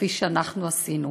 כפי שאנחנו עשינו.